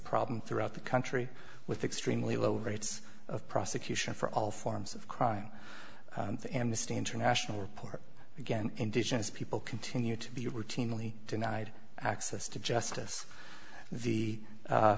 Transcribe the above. problem throughout the country with extremely low rates of prosecution for all forms of crime the amnesty international report again indigenous people continue to be routinely denied access to justice the